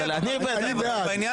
אני בעד.